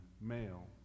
male